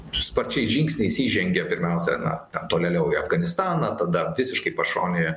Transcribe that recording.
sparčiais žingsniais įžengė pirmiausia na tolėliau į afganistaną tada visiškai pašonėje